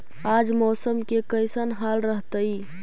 आज मौसम के कैसन हाल रहतइ?